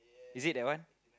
is it that one